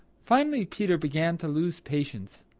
finally peter began to lose patience.